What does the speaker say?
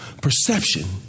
Perception